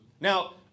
Now